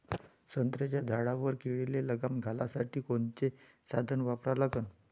संत्र्याच्या झाडावर किडीले लगाम घालासाठी कोनचे साधनं वापरा लागन?